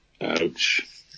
Ouch